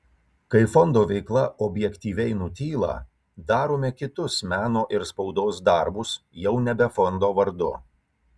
kai fondo veikla objektyviai nutyla darome kitus meno ir spaudos darbus jau nebe fondo vardu